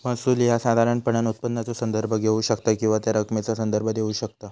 महसूल ह्या साधारणपणान उत्पन्नाचो संदर्भ घेऊ शकता किंवा त्या रकमेचा संदर्भ घेऊ शकता